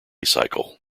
cycle